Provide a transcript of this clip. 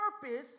purpose